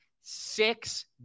six